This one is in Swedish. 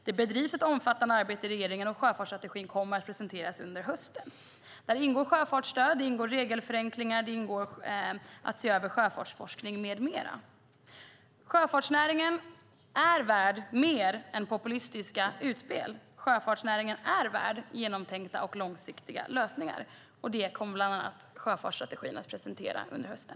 Det bedrivs ett omfattande arbete i regeringen, och sjöfartsstrategin kommer att presenteras under hösten. Där ingår sjöfartsstöd, regelförenklingar och att se över sjöfartsforskning med mera. Sjöfartsnäringen är värd mer än populistiska utspel. Sjöfartsnäringen är värd genomtänkta och långsiktiga lösningar, och sådana kommer bland annat sjöfartsstrategin att presentera under hösten.